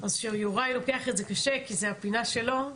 יוראי לוקח את זה קשה כי זה הפינה שלו.